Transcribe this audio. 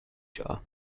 jar